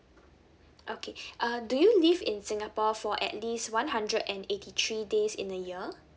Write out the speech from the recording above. okay uh do you live in singapore for at least one hundred and eighty three days in a year